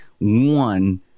one